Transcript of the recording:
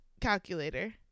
calculator